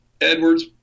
edwards